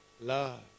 Love